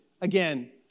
again